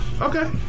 Okay